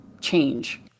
change